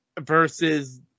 versus